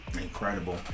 Incredible